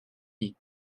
nier